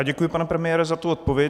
Děkuji, pane premiére, za tu odpověď.